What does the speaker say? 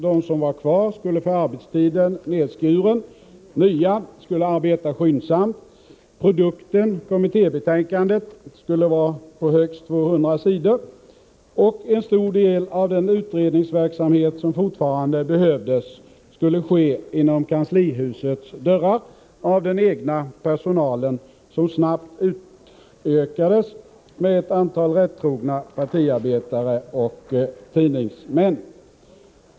De som var kvar skulle få arbetstiden nedskuren, och de nya skulle arbeta skyndsamt. Produkten — kommittébetänkandet— skulle vara på högst 200 sidor, och en stor del av den utredningsverksamhet som fortfarande behövdes skulle genomföras inom kanslihusets väggar av den egna personalen, som snabbt utökades med ett antal rättrogna partiarbetare och tidningsmän.